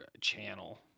channel